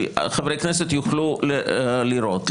שחברי הכנסת יוכלו לראות.